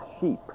sheep